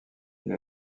elle